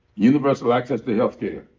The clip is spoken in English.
universal access to health care.